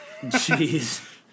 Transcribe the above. Jeez